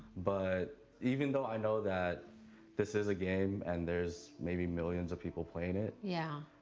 but even though i know that this is a game and there's maybe millions of people playing it. yeah.